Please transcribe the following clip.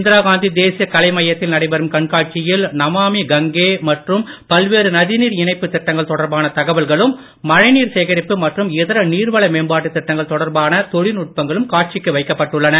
இந்திரா காந்தி தேசிய கலை மையத்தில் நடைபெறும் கண்காட்சியில் நமாமி கங்கே மற்றும் பல்வேறு நதிநீர் இணைப்பு திட்டங்கள் தொடர்பான தவல்களும் மழை நீர் சேகரிப்பு மற்றும் இதர நீர்வள மேம்பாட்டு திட்டங்கள் தொடர்பான தொழில் நுட்பங்களும் காட்சிக்கு வைக்கப்பட்டுள்ளது